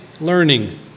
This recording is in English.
learning